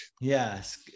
yes